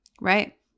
Right